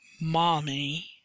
mommy